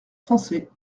français